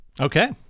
Okay